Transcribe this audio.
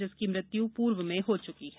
जिसकी मृत्यु पूर्व में हो चुकी है